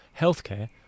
healthcare